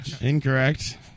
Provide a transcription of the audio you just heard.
incorrect